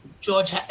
George